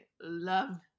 love